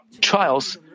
trials